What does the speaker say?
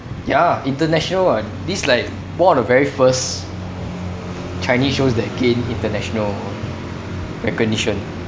ya international [what] this like one of the very first chinese shows that gained international recognition